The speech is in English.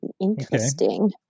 Interesting